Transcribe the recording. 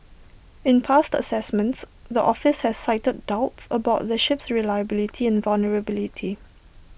in past assessments the office has cited doubts about the ship's reliability and vulnerability